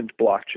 blockchain